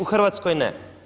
U Hrvatskoj ne.